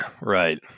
Right